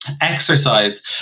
Exercise